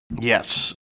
Yes